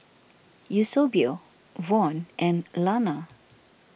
Eusebio Von and Lana